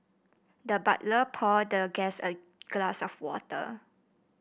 the butler poured the guest a glass of water